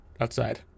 outside